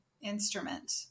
instrument